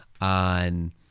on